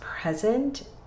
present